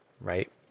Right